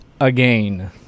again